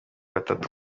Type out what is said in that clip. batatu